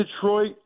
Detroit